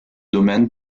domaine